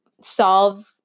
solve